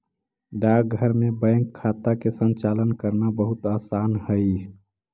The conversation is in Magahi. डाकघर में बैंक खाता के संचालन करना बहुत आसान हइ